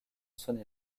saône